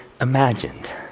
imagined